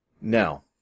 Now